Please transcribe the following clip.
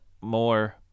more